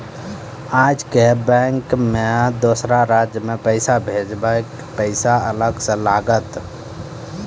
आजे के बैंक मे दोसर राज्य मे पैसा भेजबऽ पैसा अलग से लागत?